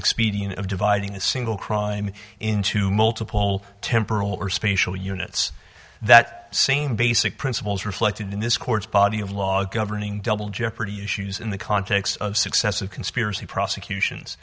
expedient of dividing a single crime into multiple temporal or spacial units that same basic principles reflected in this court's body of law governing double jeopardy issues in the context of successive conspiracy prosecutions